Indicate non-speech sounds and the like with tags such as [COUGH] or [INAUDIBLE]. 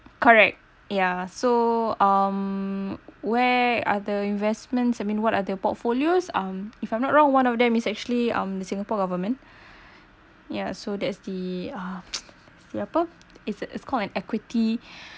correct yeah so um where other investments I mean what other portfolios um if I'm not wrong one of them is actually um the singapore government [BREATH] yeah so that's the uh [NOISE] the apa it's it's called an equity [BREATH]